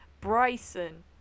Bryson